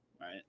right